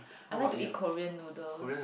I like to eat Korean noodles